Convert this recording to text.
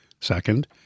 second